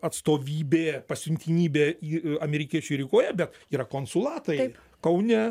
atstovybė pasiuntinybė į amerikiečių rygoje bet yra konsulatai kaune